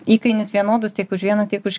įkainis vienodas tiek už vieną tiek už